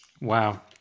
Wow